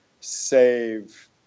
save